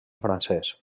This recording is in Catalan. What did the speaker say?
francès